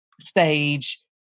stage